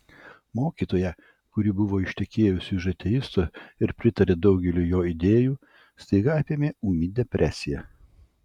mokytoją kuri buvo ištekėjusi už ateisto ir pritarė daugeliui jo idėjų staiga apėmė ūmi depresija